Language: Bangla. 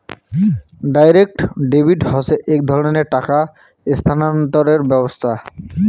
ডাইরেক্ট ডেবিট হসে এক ধরণের টাকা স্থানান্তরের ব্যবস্থা